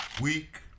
week